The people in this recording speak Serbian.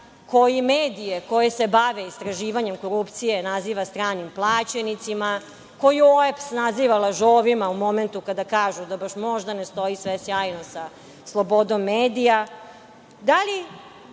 koji medije koje se bave istraživanjem korupcije naziva stranim plaćenicima, koju OEBS naziva lažovima u momentu kada kažu -da možda ne stoji sve sjajno sa slobodom medija,